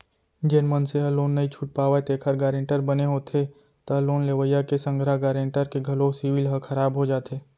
जेन मनसे ह लोन नइ छूट पावय तेखर गारेंटर बने होथे त लोन लेवइया के संघरा गारेंटर के घलो सिविल ह खराब हो जाथे